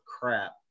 crap